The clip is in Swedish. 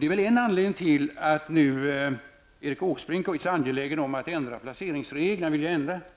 Det är nog en anledning till att Erik Åsbrink nu är så angelägen om att ändra